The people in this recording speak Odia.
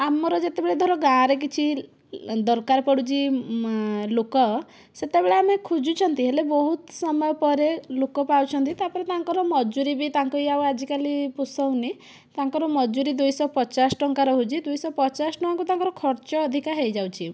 ଆମର ଯେତେବେଳେ ଧର ଗାଁରେ କିଛି ଦରକାର ପଡ଼ୁଛି ଲୋକ ସେତେବେଳେ ଆମେ ଖୋଜୁଛନ୍ତି ହେଲେ ବହୁତ ସମୟ ପରେ ଲୋକ ପାଉଛନ୍ତି ତାପରେ ତାଙ୍କର ମଜୁରି ବି ତାଙ୍କୁ ବି ଆଜିକାଲି ପୋଷାଉନି ତାଙ୍କର ମଜୁରି ଦୁଇଶହ ପଚାଶ ଟଙ୍କା ରହୁଛି ଦୁଇଶହ ପଚାଶ ଟଙ୍କାକୁ ତାଙ୍କର ଖର୍ଚ୍ଚ ଅଧିକ ହୋଇଯାଉଛି